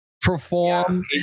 perform